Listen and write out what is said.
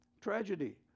tragedy